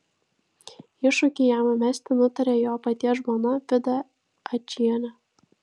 iššūkį jam mesti nutarė jo paties žmona vida ačienė